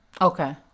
Okay